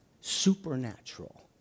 supernatural